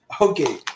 Okay